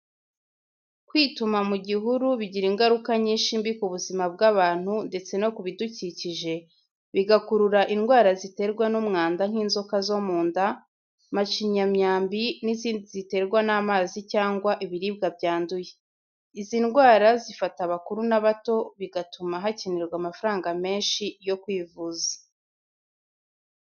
Kwituma mu gihuru bigira ingaruka nyinshi mbi ku buzima bw’abantu ndetse no ku bidukikije, bigakurura indwara ziterwa n’umwanda nk’inzoka zo mu nda, macinyamyambi, n’izindi ziterwa n’amazi cyangwa ibiribwa byanduye. Izi ndwara zifata abakuru n’abato, bigatuma hakenerwa amafaranga menshi yo kwivuza.